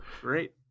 Great